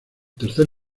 tercer